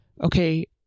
okay